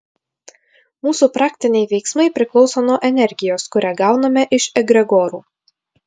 mūsų praktiniai veiksmai priklauso nuo energijos kurią gauname iš egregorų